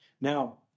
Now